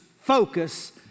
focus